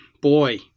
boy